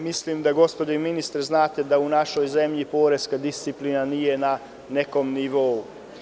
Mislim da, gospodine ministre, znate da u našoj zemlji poreska disciplina nije na nekom nivou.